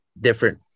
different